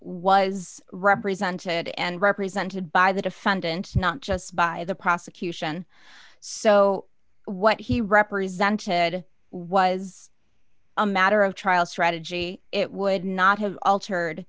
was represented and represented by the defendants not just by the prosecution so what he represented was a matter of child strategy it would not have altered